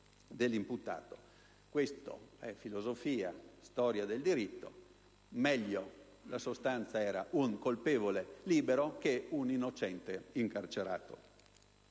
Questa è filosofia e storia del diritto; la sostanza è: meglio un colpevole libero che un innocente incarcerato.